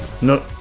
No